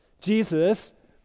Jesus